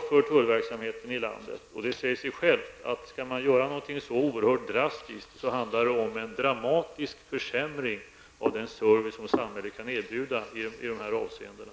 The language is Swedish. för tullens verksamhet i landet. Det säger sig självt att skall man göra något så oerhört drastiskt, handlar det om en dramatisk försämring av den service som samhället kan erbjuda i det avseendet.